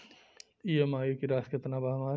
EMI की राशि केतना बा हमर?